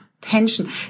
Pension